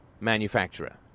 manufacturer